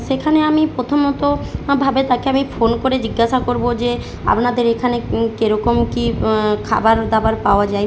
সেখানে আমি প্রথমত ভাবে তাকে আমি ফোন করে জিজ্ঞাসা করব যে আপনাদের এখানে কীরকম কী খাবার দাবার পাওয়া যায়